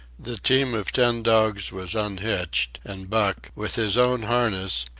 the team of ten dogs was unhitched, and buck, with his own harness,